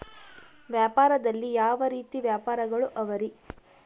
ವ್ಯಾಪಾರದಲ್ಲಿ ಯಾವ ರೇತಿ ವ್ಯಾಪಾರಗಳು ಅವರಿ?